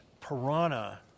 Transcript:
Piranha